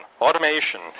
Automation